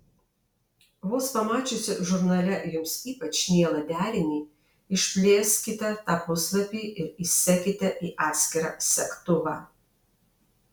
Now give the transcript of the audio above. vos pamačiusi žurnale jums ypač mielą derinį išplėskite tą puslapį ir įsekite į atskirą segtuvą